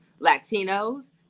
Latinos